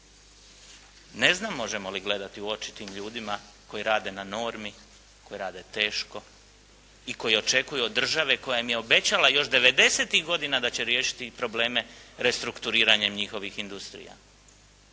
Ne znam možemo li gledati u oči tim ljudima koji rade na normi, koji rade teško i koji očekuju od države koja im je obećala još '90-tih godina da će riješiti probleme restrukturiranja njihovih industrija.